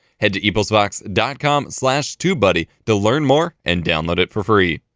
head to eposvox dot com slash tubebuddy to learn more and download it for free.